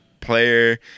player